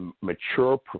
mature